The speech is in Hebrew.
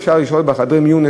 אפשר לשאול בחדרי מיון,